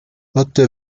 otto